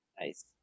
nice